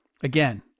Again